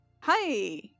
Hi